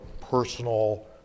personal